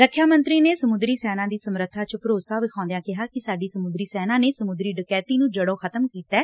ਰਖਿਆ ਮੰਤਰੀ ਨੇ ਸਮੁੰਦਰੀ ਸੈਨਾ ਦੀ ਸਮੁਰਥਾ ਚ ਭਰੋਸਾ ਵਿਖਾਉਦਿਆ ਕਿਹਾ ਕਿ ਸਾਡੀ ਸਮੁੰਦਰੀ ਸੈਨਾ ਨੇ ਸਮੁੰਦਰੀ ਡਕੈਤੀ ਨੁੰ ਜਤੋ ਖ਼ਤਮ ਕੀਤੈ